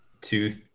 Two